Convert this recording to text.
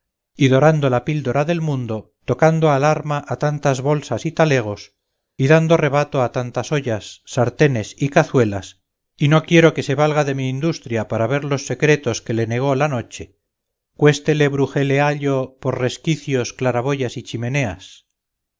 dorando la píldora del mundo tocando al arma a tantas bolsas y talegos y dando rebato a tantas ollas sartenes y cazuelas y no quiero que se valga de mi industria para ver los secretos que le negó la noche cuéstele brujeleallo por resquicios claraboyas y chimeneas